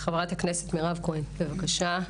חה"כ מירב כהן, בבקשה.